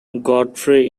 godfrey